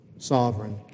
Sovereign